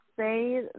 say